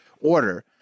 order